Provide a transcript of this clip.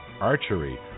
archery